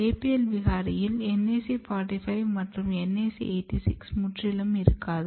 APL விகாரியில் NAC 45 மற்றும் NAC 86 முற்றிலும் இருக்காது